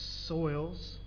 soils